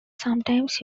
sometimes